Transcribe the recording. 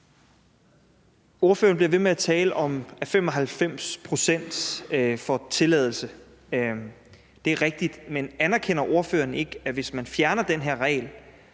Ordføreren bliver ved med at tale om, at 95 pct. får en tilladelse. Det er rigtigt, men anerkender ordføreren ikke, at det, hvis man fjerner den her regel,